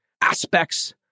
aspects